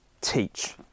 Teach